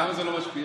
למה זה לא משפיע?